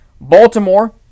Baltimore